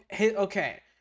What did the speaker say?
okay